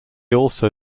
also